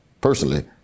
personally